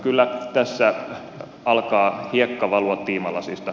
kyllä tässä alkaa hiekka valua tiimalasista